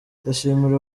ndashimira